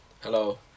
hello